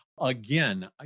again